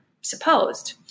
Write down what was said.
supposed